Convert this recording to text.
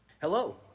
Hello